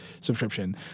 subscription